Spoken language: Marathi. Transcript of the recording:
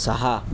सहा